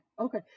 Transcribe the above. Okay